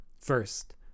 First